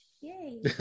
yay